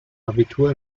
abitur